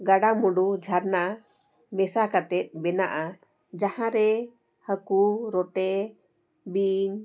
ᱜᱟᱰᱟ ᱢᱩᱸᱰᱩ ᱡᱷᱟᱨᱱᱟ ᱢᱮᱥᱟ ᱠᱟᱛᱮ ᱵᱮᱱᱟᱜᱼᱟ ᱡᱟᱦᱟᱸᱨᱮ ᱦᱟᱹᱠᱩ ᱨᱚᱴᱮ ᱵᱤᱧ